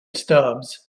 stubbs